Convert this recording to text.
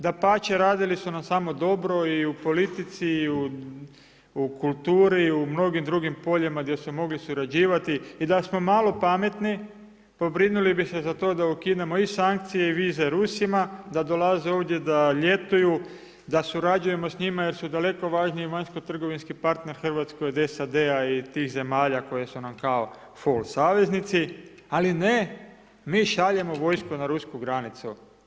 Dapače, radili su nam samo dobro i u politici, i u kulturi i u mnogim drugim poljima gdje smo mogli surađivati i da smo malo pametni, pobrinuli bi se za to da ukinemo i sankcije i vize Rusima, da dolaze ovdje da ljetuju, da surađujemo sa njima, jer su daleko važniji vanjskotrgovinski partner Hrvatskoj od SAD-a i tih zemalja koje su nam kao fol saveznici, ali ne, mi šaljemo vojsku na rusku granicu.